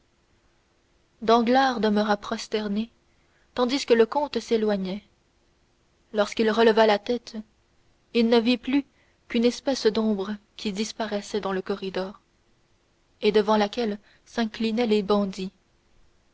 danglars demeura prosterné tandis que le comte s'éloignait lorsqu'il releva la tête il ne vit plus qu'une espèce d'ombre qui disparaissait dans le corridor et devant laquelle s'inclinaient les bandits